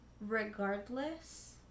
Regardless